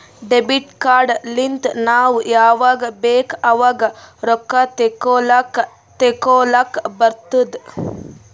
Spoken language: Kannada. ಡೆಬಿಟ್ ಕಾರ್ಡ್ ಲಿಂತ್ ನಾವ್ ಯಾವಾಗ್ ಬೇಕ್ ಆವಾಗ್ ರೊಕ್ಕಾ ತೆಕ್ಕೋಲಾಕ್ ತೇಕೊಲಾಕ್ ಬರ್ತುದ್